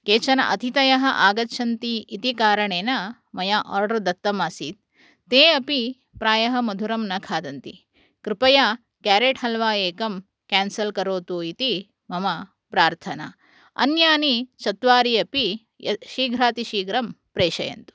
केचन अतिथयः आगच्छन्ति इति कारणेन मया आर्डर् दत्तमासीत् ते अपि प्रायः मधुरं न खादन्ति कृपया केरेट् हल्वा एकं केन्सल् करोतु इति मम प्रार्थना अन्यानि चत्वारि अपि शीघ्रातिशीघ्रं प्रेषयतु